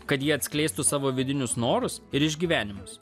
kad ji atskleistų savo vidinius norus ir išgyvenimus